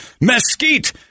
mesquite